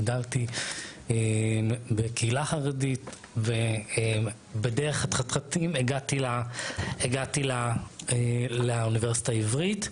גדלתי בקהילה חרדית ובדרך החתחתים הגעתי לאוניברסיטה העברית,